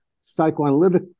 Psychoanalytic